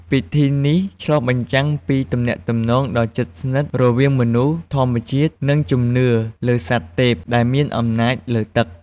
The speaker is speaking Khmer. ពិធីនេះឆ្លុះបញ្ចាំងពីទំនាក់ទំនងដ៏ជិតស្និទ្ធរវាងមនុស្ស ធម្មជាតិ និងជំនឿលើសត្វទេពដែលមានអំណាចលើទឹក។